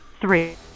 three